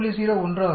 01 ஆகும்